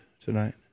tonight